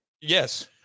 Yes